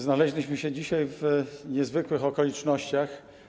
Znaleźliśmy się dzisiaj w niezwykłych okolicznościach.